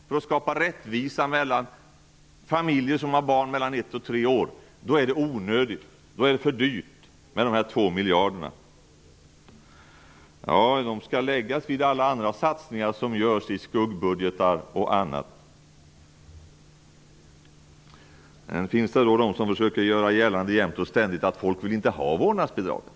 Vi vill skapa rättvisa mellan familjer som har barn mellan ett och tre år. Då är det onödigt att satsa. Då är två miljarder för dyrt. De skall läggas till alla andra satsningar som görs i t.ex. Det finns de som jämt och ständigt försöker göra gällande att folk inte vill ha vårdnadsbidraget.